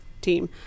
team